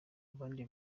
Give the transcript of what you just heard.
abandi